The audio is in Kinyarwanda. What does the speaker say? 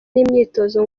n’imyitozo